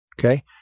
Okay